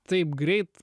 taip greit